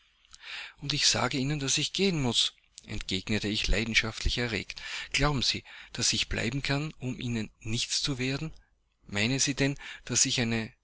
und ich sage ihnen daß ich gehen muß entgegnete ich leidenschaftlich erregt glauben sie daß ich bleiben kann um ihnen nichts zu werden meinen sie denn daß ich